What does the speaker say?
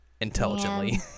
Intelligently